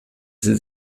sie